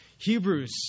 hebrews